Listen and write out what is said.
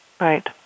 Right